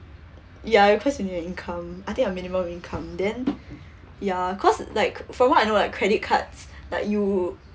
ya because you need a income I think a minimal income then ya cause like from I know right credit cards like you